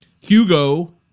Hugo